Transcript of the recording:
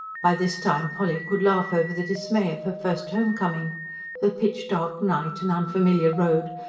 by this time polly could laugh over the dismay of her first homecoming the pitch-dark night and unfamiliar road,